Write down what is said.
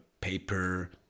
paper